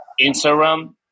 Instagram